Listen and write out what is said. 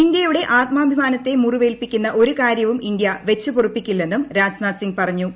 ഇന്ത്യയുടെ ആത്മാഭിമാനത്തെ മുറിവേൽപിക്കുന്ന ഒരു കാര്യവും ഇന്ത്യ വെച്ചുപൊറുപ്പിക്കില്ലെന്നും രാജ്നാഥ് സിങ് പറഞ്ഞു